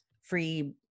free